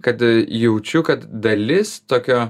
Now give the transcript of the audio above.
kad jaučiu kad dalis tokio